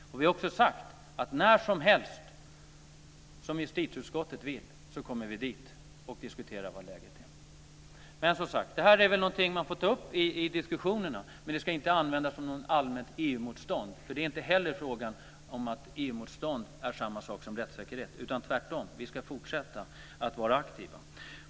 Vi har också sagt att när som helst som justitieutskottet vill kommer vi dit och diskuterar hur läget är. Detta är som sagt något som man får ta upp i diskussionerna. Men det ska inte användas som något allmänt EU motstånd. Det är inte heller fråga om att EU-motstånd är samma sak som rättssäkerhet, tvärtom. Vi ska fortsätta att vara aktiva.